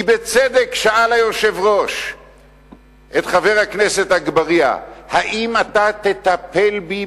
כי בצדק שאל היושב-ראש את חבר הכנסת אגבאריה: האם אתה תטפל בי,